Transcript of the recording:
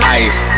ice